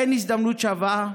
אין הזדמנות שווה,